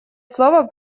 слово